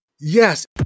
Yes